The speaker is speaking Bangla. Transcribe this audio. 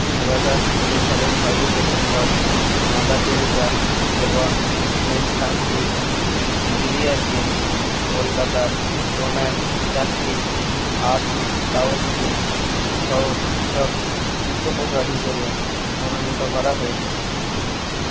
দু হাজার সতেরো সালের ছয়ই সেপ্টেম্বর মাদার টেরেসা এবং সেন্ট ফ্রান্সিস জেভিয়ারকে কলকাতার রোম্যান ক্যাথলিক আর্টস ডওসিসের সহ পৃষ্ঠ পৃষ্ঠপোষক হিসেবে মনোনীত করা হয়েছিল